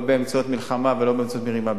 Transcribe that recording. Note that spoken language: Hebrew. לא באמצעות מלחמה ולא באמצעות מריבה,